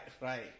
right